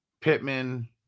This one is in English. Pittman